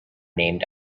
named